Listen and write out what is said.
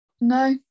No